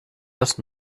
das